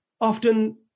Often